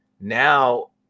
Now